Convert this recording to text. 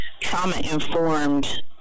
trauma-informed